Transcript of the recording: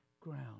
ground